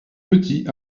petit